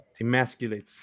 Demasculates